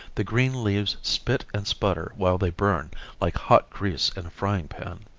the green leaves spit and sputter while they burn like hot grease in a frying pan.